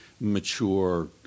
mature